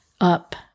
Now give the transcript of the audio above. up